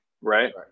Right